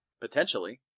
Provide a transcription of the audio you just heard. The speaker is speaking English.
Potentially